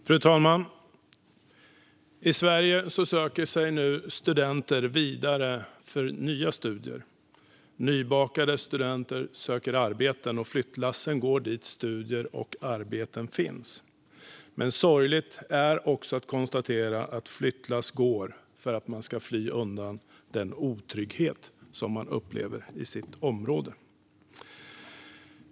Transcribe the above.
Fru talman! I Sverige söker sig nu studenter vidare för nya studier, och nybakade studenter söker arbeten. Flyttlassen går dit där studier och arbeten finns. Men det är sorgligt att konstatera att flyttlass även går för att man ska fly undan den otrygghet som man upplever i sitt område.